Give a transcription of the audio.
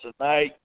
tonight